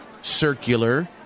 circular